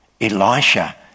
Elisha